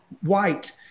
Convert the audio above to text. white